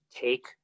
take